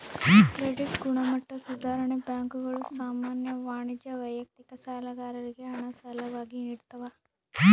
credit ಗುಣಮಟ್ಟ ಸುಧಾರಣೆ ಬ್ಯಾಂಕುಗಳು ಸಾಮಾನ್ಯ ವಾಣಿಜ್ಯ ವೈಯಕ್ತಿಕ ಸಾಲಗಾರರಿಗೆ ಹಣ ಸಾಲವಾಗಿ ನಿಡ್ತವ